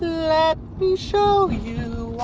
let me show